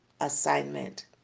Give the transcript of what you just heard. assignment